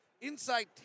Inside